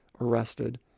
arrested